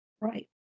right